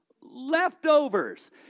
leftovers